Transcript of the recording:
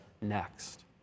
next